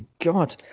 God